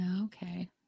okay